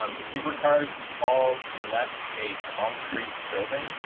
um supercars all left a concrete building.